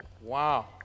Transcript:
wow